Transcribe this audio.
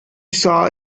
saw